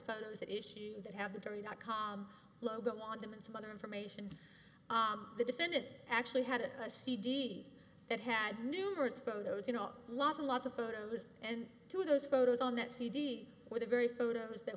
photos issues that have the very dot com logo on them and some other information the defendant actually had a cd that had numerous photos you know lots of lots of photos and two of those photos on that cd with a very photos that